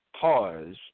pause